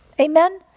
Amen